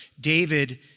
David